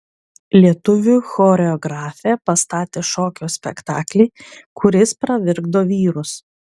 lietuvių choreografė pastatė šokio spektaklį kuris pravirkdo vyrus